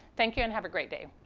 thank you and have a great day.